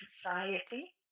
society